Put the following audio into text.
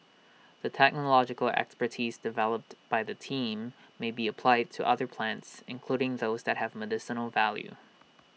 the technological expertise developed by the team may be applied to other plants including those that may have medicinal value